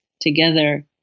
together